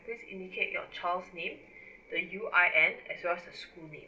please indicate your child's name the U_I_N as well as the school name